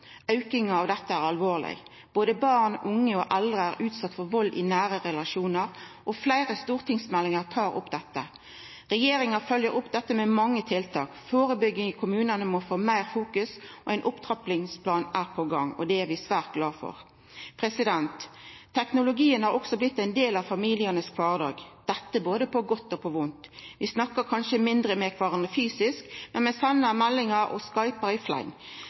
aukinga av dette er alvorleg. Både barn, unge og eldre er utsette for vald i nære relasjonar, og fleire stortingsmeldingar tar opp dette. Regjeringa følgjer opp dette med mange tiltak. Førebygging i kommunane må ein fokusera meir på, og ein opptrappingsplan er på gang – og det er vi svært glade for. Teknologien har også blitt ein del av kvardagen til familien. Dette er både på godt og på vondt. Vi snakkar kanskje mindre med kvarandre fysisk, men vi sender meldingar og